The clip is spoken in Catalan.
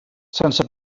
sense